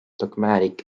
dogmatic